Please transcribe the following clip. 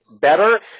better